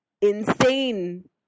insane